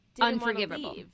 unforgivable